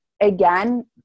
again